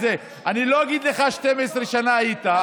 אני לא אגיד לך: 12 שנה היית,